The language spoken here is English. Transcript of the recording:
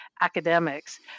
academics